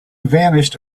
vanished